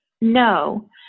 No